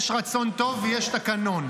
יש רצון טוב, ויש תקנון.